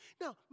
Now